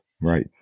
right